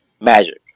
Magic